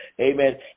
amen